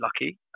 lucky